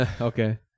okay